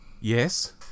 Yes